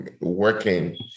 working